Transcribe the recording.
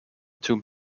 tomb